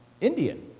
Indian